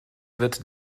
wird